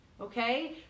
okay